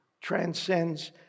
transcends